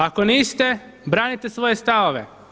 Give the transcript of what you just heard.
Ako niste branite svoje stavove.